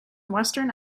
western